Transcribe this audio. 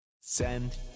Send